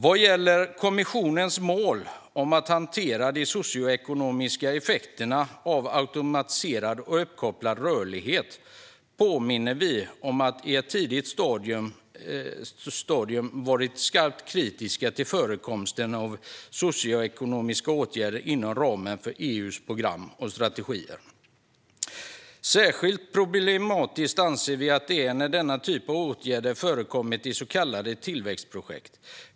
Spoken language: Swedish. Vad gäller kommissionens mål att hantera de socioekonomiska effekterna av automatiserad och uppkopplad rörlighet påminner vi om att vi i ett tidigt stadium varit skarpt kritiska till förekomsten av socioekonomiska åtgärder inom ramen för EU:s program och strategier. Särskilt problematiskt anser vi att det är när denna typ av åtgärder förekommer i så kallade tillväxtprojekt.